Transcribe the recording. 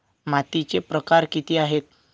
मातीचे प्रकार किती आहेत?